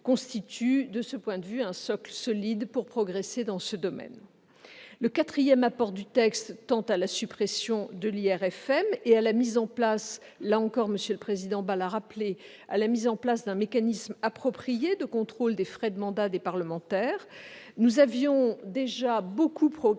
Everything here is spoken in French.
constituent, de ce point de vue, un socle solide pour progresser dans ce domaine. Le quatrième apport du texte tend à la suppression de l'IRFM et à la mise en place, M. le président Bas l'a rappelé, d'un mécanisme approprié de contrôle des frais de mandat des parlementaires. Nous avions déjà beaucoup progressé